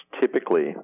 Typically